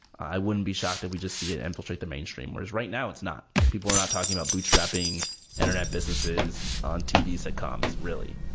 i wouldn't be shocked if we just see it infiltrate the main streamers. whereas right now, it's not. like people are not talking about bootstrapping internet businesses on tv sitcoms, really?